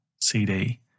CD